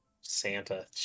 Santa